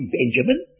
Benjamin